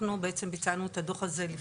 אנחנו בעצם ביצענו את הדוח הזה,